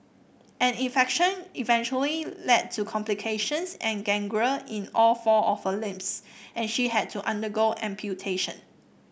an infection eventually led to complications and gangrene in all four of her limbs and she had to undergo amputation